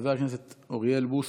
חבר הכנסת אוריאל בוסו,